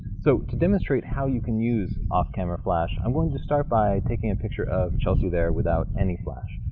so, to demonstrate how you can use off camera flash, i'm going to start by taking a picture of chelsea there without any flash.